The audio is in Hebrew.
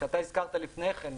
שאתה הזכרת לפני כן,